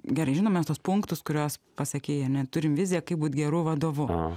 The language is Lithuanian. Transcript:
gerai žinom tuos punktus kuriuos pasakei ane turim viziją kaip būti geru vadovu